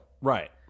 right